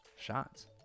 shots